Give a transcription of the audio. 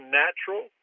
natural